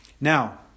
Now